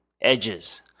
edges